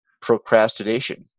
procrastination